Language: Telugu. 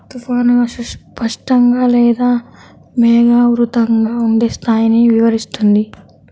తుఫానుగా, స్పష్టంగా లేదా మేఘావృతంగా ఉండే స్థాయిని వివరిస్తుంది